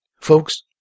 Folks